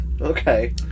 Okay